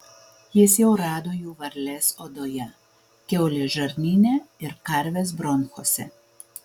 jis jau rado jų varlės odoje kiaulės žarnyne ir karvės bronchuose